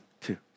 two